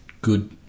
good